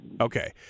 Okay